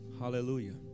Hallelujah